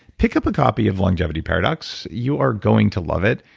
pick up a copy of longevity paradox, you are going to love it.